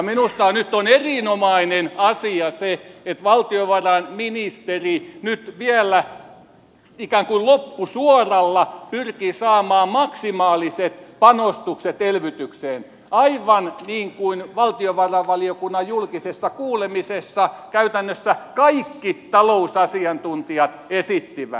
minusta nyt on erinomainen asia se että valtiovarainministeri nyt vielä ikään kuin loppusuoralla pyrkii saamaan maksimaaliset panostukset elvytykseen aivan niin kuin valtiovarainvaliokunnan julkisessa kuulemisessa käytännössä kaikki talousasiantuntijat esittivät